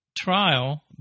Trial